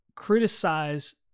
criticize